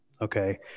okay